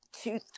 two